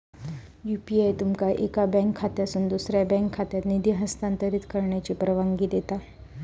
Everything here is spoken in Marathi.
यू.पी.आय तुमका एका बँक खात्यातसून दुसऱ्यो बँक खात्यात निधी हस्तांतरित करण्याची परवानगी देता